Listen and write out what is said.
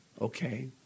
Okay